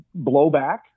blowback